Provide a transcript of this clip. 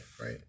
right